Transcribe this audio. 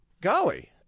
golly